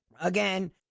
Again